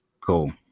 Cool